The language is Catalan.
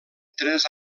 tres